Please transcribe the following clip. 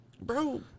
Bro